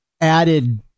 added